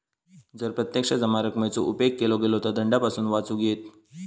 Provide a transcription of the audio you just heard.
जर प्रत्यक्ष जमा रकमेचो उपेग केलो गेलो तर दंडापासून वाचुक येयत